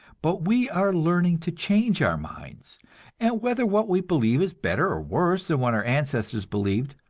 but we are learning to change our minds and whether what we believe is better or worse than what our ancestors believed,